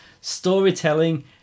storytelling